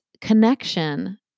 connection